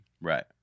right